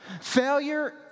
Failure